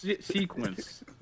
sequence